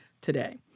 today